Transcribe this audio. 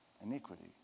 iniquity